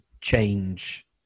change